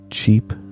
cheap